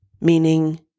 Meaning